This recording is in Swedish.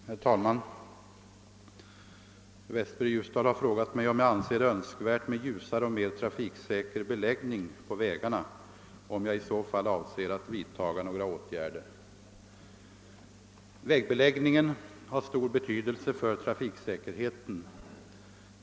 Herr talman! Herr Westberg i Ljusdal har frågat mig, om jag avser det önskvärt med ljusare och mer trafiksäker beläggning på vägarna och om jag i så fall avser att vidtaga några åtgärder. Vägbeläggningen har stor betydelse för trafiksäkerheten.